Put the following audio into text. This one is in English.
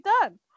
done